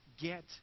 get